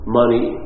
money